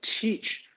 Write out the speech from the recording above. teach